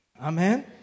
Amen